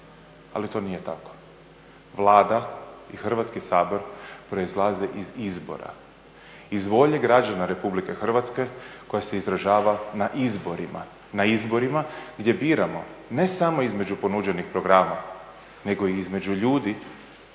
ali to nije tako. Vlada i Hrvatski sabor proizlaze iz izbora, iz volje građana RH koja se izražava na izborima, na izborima gdje biramo ne samo između ponuđenih programa, nego i između ljudi